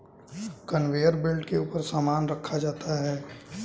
conveyor belt के ऊपर सामान रखा जाता है